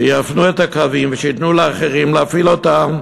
שיפנו את הקווים ושייתנו לאחרים להפעיל אותם.